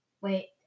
Wait